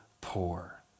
poor